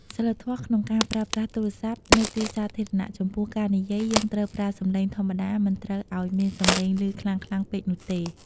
សីលធម៌ ក្នុងការប្រើប្រាស់ទូរស័ព្ទនៅទីសាធារណៈ ចំពោះការនិយាយ យើងត្រូវប្រើសំឡេងធម្មតា មិនត្រូវអោយមានសំឡេងឮខ្លាំងៗពេកនោះទេ។